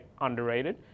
underrated